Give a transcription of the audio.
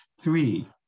three